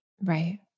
Right